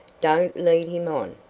don't lead him on.